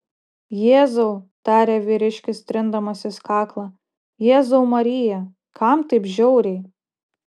jėzau tarė vyriškis trindamasis kaklą jėzau marija kam taip žiauriai